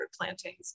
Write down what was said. plantings